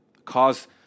cause